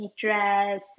dress